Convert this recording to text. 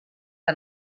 que